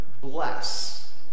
bless